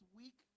week